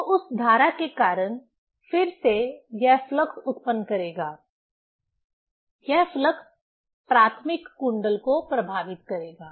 तो उस धारा के कारण फिर से यह फ्लक्स उत्पन्न करेगा यह फ्लक्स प्राथमिक कुंडल को प्रभावित करेगा